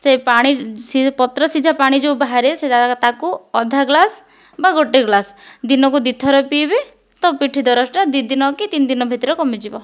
ସେ ପାଣି ସେ ପତ୍ର ସିଝା ପାଣି ଯେଉଁ ବାହାରେ ସେ ତାକୁ ଅଧା ଗ୍ଲାସ୍ ବା ଗୋଟିଏ ଗ୍ଲାସ୍ ଦିନକୁ ଦୁଇଥର ପିଇବେ ତ ପିଠି ଦରଜଟା ଦିଇ ଦିନ ହେଉକି ତିନି ଦିନ ଭିତରେ କମିଯିବ